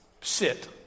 sit